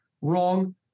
Wrong